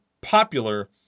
popular